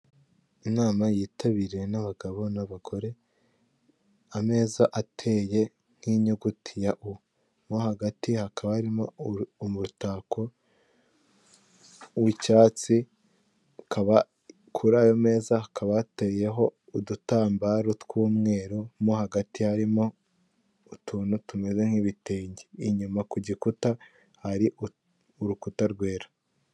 Inama yitabiriwe n'abagabo n'abagore, ameza ateye nk'inyuguti ya u, mo hagati hakaba harimo umutako w'icyatsi kuri ayo meza hakaba hateyeho udutambaro tw'umweru mo hagati harimo utuntu tumeze nk'ibitenge, inyuma ku gikuta hari urukuta rwera.